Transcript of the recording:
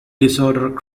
disorder